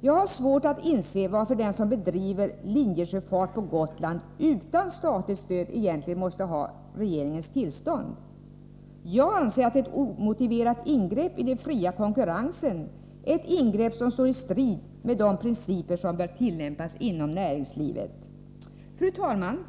Jag har svårt att inse varför den som bedriver linjesjöfart på Gotland utan statligt stöd egentligen måste ha regeringens tillstånd. Jag anser att det är ett omotiverat ingrepp i den fria konkurrensen — ett ingrepp som står i strid med de principer som bör tillämpas inom näringslivet. Fru talman!